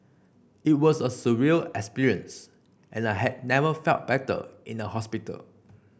it was a surreal experience and I had never felt better in a hospital